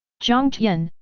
jiang tian,